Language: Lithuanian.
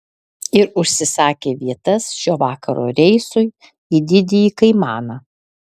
ir užsisakė vietas šio vakaro reisui į didįjį kaimaną